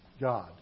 God